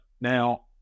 Now